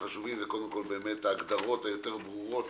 החשובים זה קודם כל ההגדרות היותר ברורות,